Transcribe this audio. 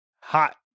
hot